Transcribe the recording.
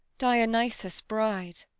dionysus' bride!